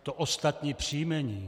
To ostatní příjmení.